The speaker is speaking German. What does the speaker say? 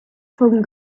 vom